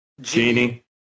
Genie